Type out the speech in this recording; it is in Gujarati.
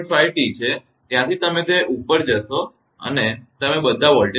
5T છે ત્યાંથી તમે તે ઉપર જશો અને તમે બધા વોલ્ટેજ ઉમેરો